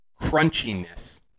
crunchiness